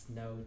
no